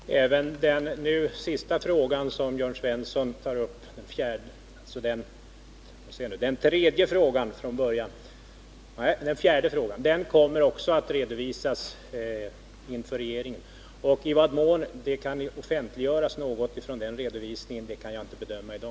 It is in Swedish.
Herr talman! Även den senaste fråga som Jörn Svensson tar upp — den fjärde frågan från början — kommer att redovisas inför regeringen. I vad mån det kan offentliggöras något från den redovisningen kan jag inte bedöma i dag.